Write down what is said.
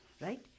Right